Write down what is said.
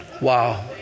Wow